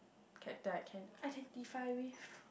that I can identify with